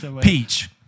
Peach